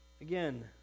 again